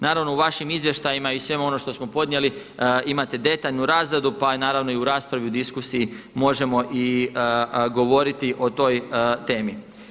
Naravno u vašim izvještajima i svemu onome što smo podnijeli imate detaljnu razradu pa naravno i u raspravi, i u diskusiji možemo i govoriti o toj temi.